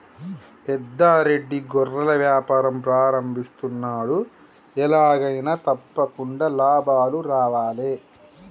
పెద్ద రెడ్డి గొర్రెల వ్యాపారం ప్రారంభిస్తున్నాడు, ఎలాగైనా తప్పకుండా లాభాలు రావాలే